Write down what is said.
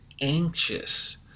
anxious